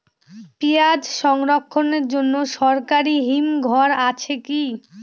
পিয়াজ সংরক্ষণের জন্য সরকারি হিমঘর আছে কি?